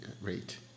rate